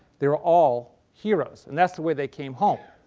they were all heroes. and that's the way they came home.